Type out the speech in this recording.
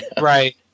Right